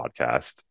podcast